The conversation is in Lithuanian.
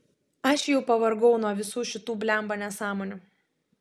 aš jau pavargau nuo visų šitų blemba nesąmonių